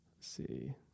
see